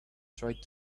tried